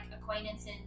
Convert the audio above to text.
acquaintances